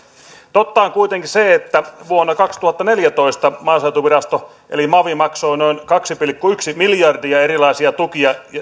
totta on kuitenkin se että vuonna kaksituhattaneljätoista maaseutuvirasto eli mavi maksoi noin kaksi pilkku yksi miljardia erilaisia tukia